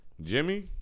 Jimmy